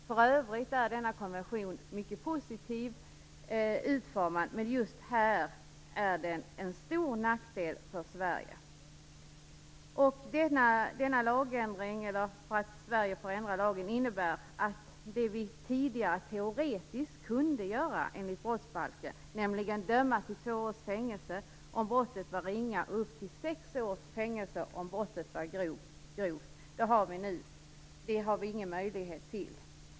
För övrigt är denna konvention mycket positivt utformad, men just här innebär den en stor nackdel för Sverige. Detta innebär att det vi tidigare teoretiskt kunde göra enligt brottsbalken, nämligen döma till två års fängelse om brottet var ringa och upp till sex års fängelse om brottet var grovt, har vi i dag ingen möjlighet till.